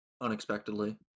unexpectedly